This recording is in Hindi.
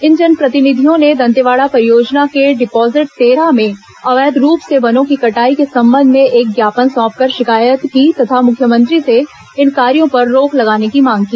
इन जनप्रतिनिधियों ने दंतेवाड़ा परियोजना के डिपाजिट तेरह में अवैध रूप से वनों की कटाई के संबंध में एक ज्ञापन सौंपकर शिकायत की तथा मुख्यमंत्री से इन कार्यो पर रोक लगाने की मांग की